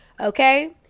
okay